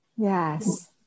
Yes